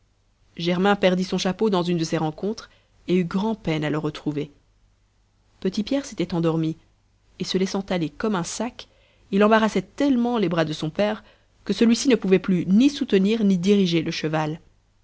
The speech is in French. germain perdit son chapeau dans une de ces rencontres et eut grand'peine à le retrouver petitpierre s'était endormi et se laissant aller comme un sac il embarrassait tellement les bras de son père que celui-ci ne pouvait plus ni soutenir ni diriger le cheval